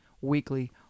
weekly